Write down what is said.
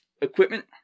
equipment